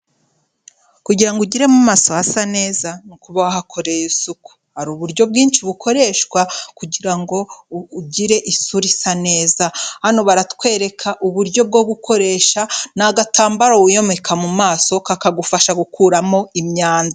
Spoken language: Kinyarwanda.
Kugira ngo ugire mu maso hasa neza, ni ukuba wahakoreye isuku, hari uburyo bwinshi bukoreshwa kugira ngo ugire isura isa neza, hano baratwereka uburyo bwo gukoresha, ni agatambaro wiyomeka mu maso, kakagufasha gukuramo imyanda.